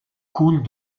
coule